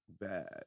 bad